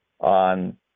on